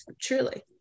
truly